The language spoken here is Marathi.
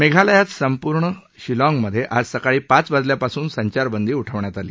मेघालयात संपूणर्ण शिलाँगमधे आज सकाळी पाच वाजल्यापासून संचार बंदी उठवण्यात आली